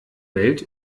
welt